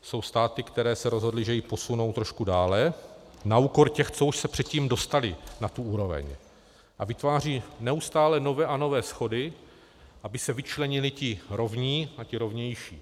Jsou státy, které se rozhodly, že ji posunou trošku dále na úkor těch, co už se předtím dostaly na tu úroveň, a vytváří neustále nové a nové schody, aby se vyčlenili ti rovní a ti rovnější.